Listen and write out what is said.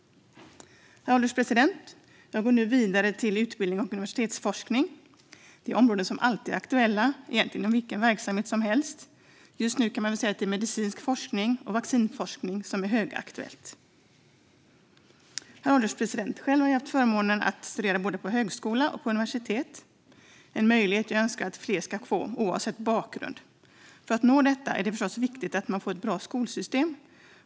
Herr ålderspresident! Jag går nu vidare till utbildning och universitetsforskning. Det är områden som alltid är aktuella, egentligen i vilken verksamhet som helst. Just nu kan man väl säga att det är medicinsk forskning och vaccinforskning som är högaktuellt. Herr ålderspresident! Själv har jag haft förmånen att studera både på högskola och på universitet - en möjlighet jag önskar att fler ska få, oavsett bakgrund. För att nå detta är det förstås viktigt med ett bra skolsystem.